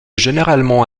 généralement